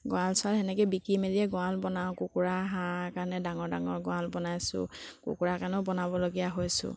গড়াল চড়াল সেনেকৈ বিকি মেলিয়ে গড়াল বনাওঁ কুকুৰা হাঁহ কাৰণে ডাঙৰ ডাঙৰ গড়াল বনাইছোঁ কুকুৰা কাৰণেও বনাবলগীয়া হৈছোঁ